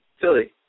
Philly